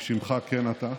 כשמך כן אתה,